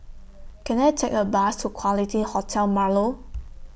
Can I Take A Bus to Quality Hotel Marlow